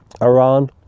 Iran